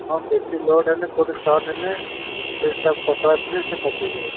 ହଁ ବେଶୀ ଲୋଡ଼୍ ହେଲେ କେଉଁଠି ସଟ୍ ହେଲେ ସ୍ଵିଚ୍ଟା ପତଳା ଥିଲେ ସେ କଟିଯାଏ